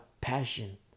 passion